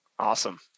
Awesome